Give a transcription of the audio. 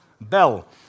bell